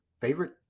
favorite